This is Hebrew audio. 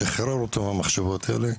שחרר אותו מהמחשבות האלה,